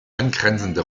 angrenzende